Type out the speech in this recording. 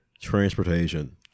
transportation